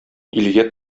илгә